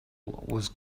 was